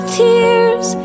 tears